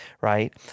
right